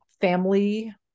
family